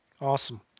Awesome